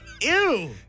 ew